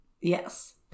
Yes